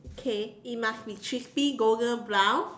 okay it must be crispy golden brown